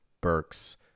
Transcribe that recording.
Burks